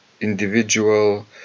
individual